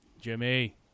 Jimmy